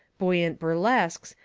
buoyant burlesques,